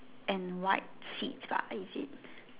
and white seats lah is it